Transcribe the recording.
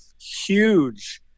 huge